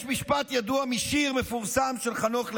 יש משפט ידוע משיר מפורסם של חנוך לוין,